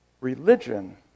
religion